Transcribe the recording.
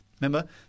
Remember